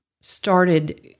started